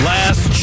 Last